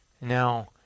now